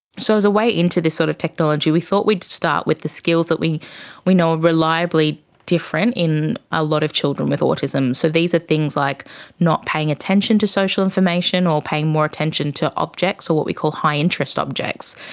so as a way into this sort of technology we thought we'd start with the skills that we we know are reliably different in a lot of children with autism, so these are things like not paying attention to social information or paying more attention to objects, or what we call high interest objects,